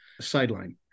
sideline